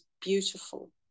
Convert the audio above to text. beautiful